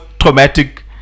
traumatic